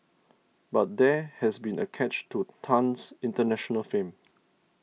but there has been a catch to Tan's international fame